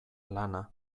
lana